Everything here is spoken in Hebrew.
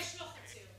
ויש לו חצר.